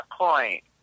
point